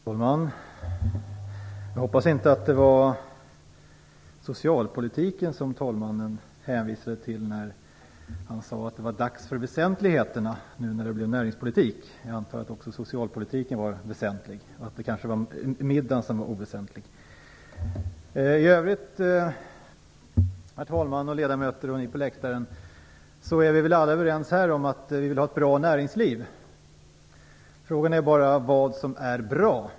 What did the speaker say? Herr talman! Jag hoppas att det inte var socialpolitiken som talmannen avsåg när han sade att det var dags för väsentligheterna när näringspolitiken skulle debatteras. Jag antar att också socialpolitiken är väsentlig, och att det kanske var middagen som var oväsentlig. Herr talman! Ledamöter och ni på läktaren! Vi är väl alla överens om att vi vill ha ett bra näringsliv. Frågan är bara vad som är bra.